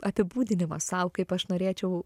apibūdinimą sau kaip aš norėčiau